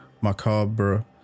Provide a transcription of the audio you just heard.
Macabre